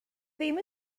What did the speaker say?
ddim